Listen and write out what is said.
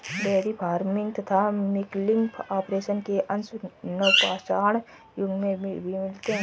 dairy farming तथा milking operation के अंश नवपाषाण युग में भी मिलते हैं